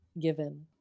given